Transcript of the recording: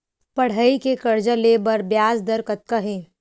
पढ़ई के कर्जा ले बर ब्याज दर कतका हे?